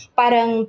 parang